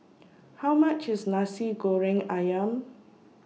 How much IS Nasi Goreng Ayam